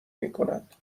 میکند